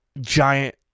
giant